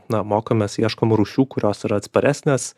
na mokomės ieškom rūšių kurios yra atsparesnės